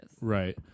Right